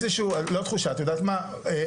לא תחושה את יודעת מה,